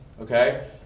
okay